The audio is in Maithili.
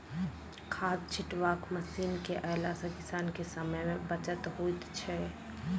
खाद छिटबाक मशीन के अयला सॅ किसान के समय मे बचत होइत छै